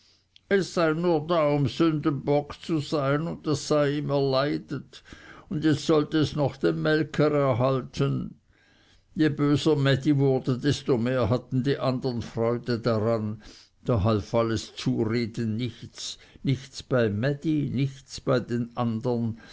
es sei nur da um sündenbock zu sein und das sei ihm erleidet und jetzt sollte es noch den melker erhalten je böser mädi wurde desto mehr hatten die andern freude daran da half alles zureden nichts nichts bei mädi nichts bei den andern